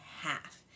half